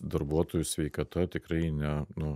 darbuotojų sveikata tikrai ne nu